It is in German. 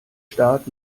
staat